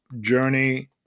journey